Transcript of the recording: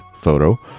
photo